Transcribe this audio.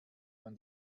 man